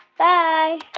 bye